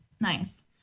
Nice